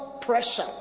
pressure